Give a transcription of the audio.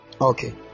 okay